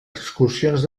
excursions